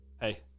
Hey